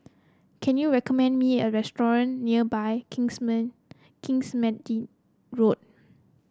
can you recommend me a restaurant near by Kingsmead Road